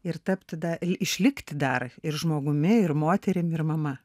ir tapti dar jei išlikti dar ir žmogumi ir moterim ir mama